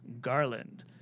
Garland